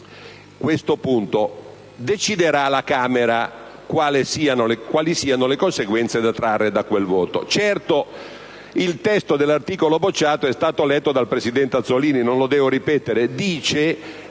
questo punto. Deciderà la Camera quali siano le conseguenze da trarre da quel voto.